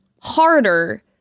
harder